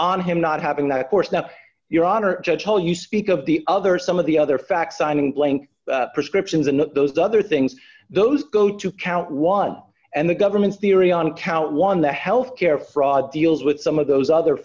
on him not having that of course not your honor judge how you speak of the other some of the other facts i mean blank prescriptions and those other things those go to count one and the government's theory on count one the health care fraud deals with some of those other